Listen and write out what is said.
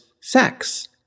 sex